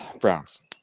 Browns